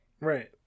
right